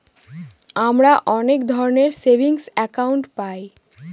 আমরা অনেক ধরনের সেভিংস একাউন্ট পায়